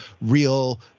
real